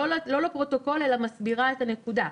לא לפרוטוקול, אלא מסבירה את הנקודה.